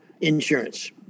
insurance